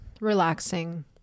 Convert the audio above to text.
relaxing